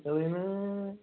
ओरैनो